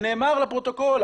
זה נאמר לפרוטוקול.